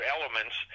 elements